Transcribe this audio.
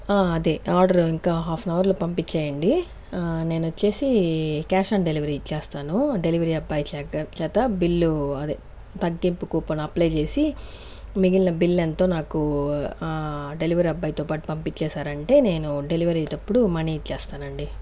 అదే ఆర్డర్ ఇంకా half an hour లో పంపించేయండి నేనొచ్చేసి క్యాష్ ఆన్ డెలివరీ చేస్తాను డెలివరీ అబ్బాయి చెగ చేత బిల్లు అదే తగ్గింపు కూపన్ అప్లై చేసి మిగిలిన బిల్ ఎంతో నాకు డెలివరీ అబ్బాయితో పాటు పంపించేసారంటే నేను డెలివరీ అప్పుడు మనీ ఇచ్చేస్తానండి